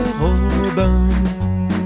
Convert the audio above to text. Robin